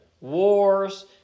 wars